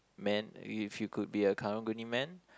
man if you could be a karang-guni man